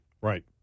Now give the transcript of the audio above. Right